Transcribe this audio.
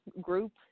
group